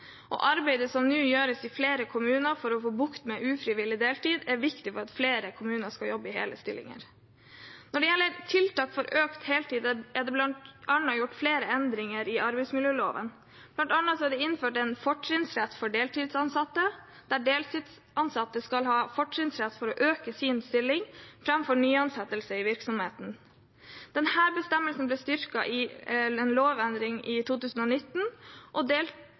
Arbeidet som nå gjøres i flere kommuner for å få bukt med ufrivillig deltid, er viktig for at flere kvinner skal jobbe i hele stillinger. Når det gjelder tiltak for økt heltid, er det bl.a. gjort flere endringer i arbeidsmiljøloven. Blant annet er det innført en fortrinnsrett for deltidsansatte. Deltidsansatte skal ha fortrinnsrett for å øke sin stilling framfor nyansettelse i virksomheten. Denne bestemmelsen ble styrket ved en lovendring i 2019.